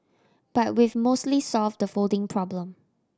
but we've mostly solved the folding problem